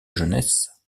jeunesse